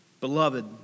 Beloved